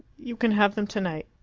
you can have them tonight.